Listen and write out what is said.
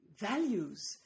values